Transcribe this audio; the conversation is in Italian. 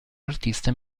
artista